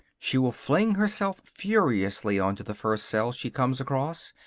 she will fling herself furiously on to the first cell she comes across,